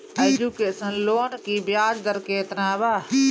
Education loan की ब्याज दर केतना बा?